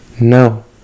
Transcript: No